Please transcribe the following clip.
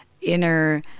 inner